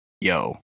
Yo